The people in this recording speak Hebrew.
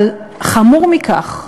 אבל חמור מכך: